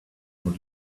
would